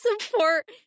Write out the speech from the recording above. support